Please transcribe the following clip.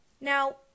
now